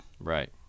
Right